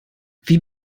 wie